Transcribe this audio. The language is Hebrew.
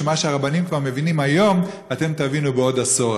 מה שהרבנים כבר מבינים היום אתם תבינו בעוד עשור,